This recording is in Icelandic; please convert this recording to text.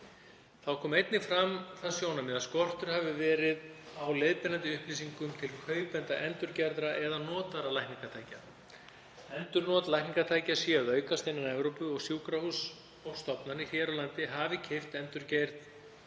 Þá kom einnig fram það sjónarmið að skortur hafi verið á leiðbeinandi upplýsingum til kaupenda endurgerðra eða notaðra lækningatækja. Endurnot lækningatækja séu að aukast innan Evrópu og sjúkrahús og stofnanir hér á landi hafa keypt endurgerð